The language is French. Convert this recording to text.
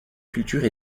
culture